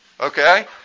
Okay